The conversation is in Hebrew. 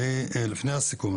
לפני הסיכום,